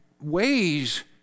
ways